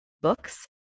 books